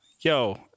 Yo